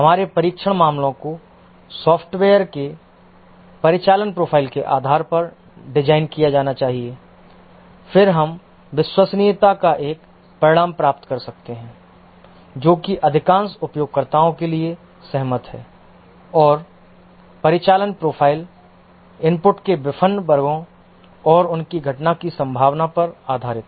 हमारे परीक्षण मामलों को सॉफ्टवेयर के परिचालन प्रोफाइल के आधार पर डिज़ाइन किया जाना चाहिए फिर हम विश्वसनीयता का एक परिणाम प्राप्त कर सकते हैं जो कि अधिकांश उपयोगकर्ताओं के लिए सहमत है और परिचालन प्रोफ़ाइल इनपुट के विभिन्न वर्गों और उनकी घटना की संभावना पर आधारित है